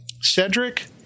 Cedric